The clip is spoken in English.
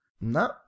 No